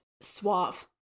suave